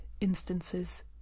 instances